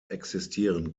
existieren